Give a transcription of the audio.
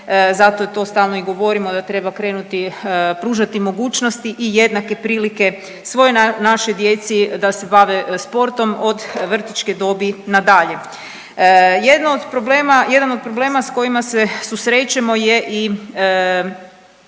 zato to stalno i govorimo da treba krenuti pružati mogućnosti i jednake prilike svoj našoj djeci da se bave sportom od vrtićke dobi na dalje. Jedan od problema s kojima se susrećemo je i